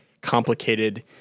complicated